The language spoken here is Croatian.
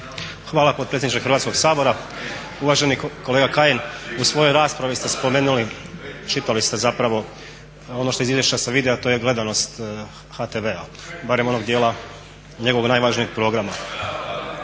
Hvala potpredsjedniče Hrvatskog sabora. Uvaženi kolega Kajin, u svojoj raspravi ste spomenuli, čitali ste zapravo ono što iz izvješća se vidi a to je gledanost HTV-a, barem onog dijela njegovog najvažnijeg programa.